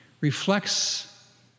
reflects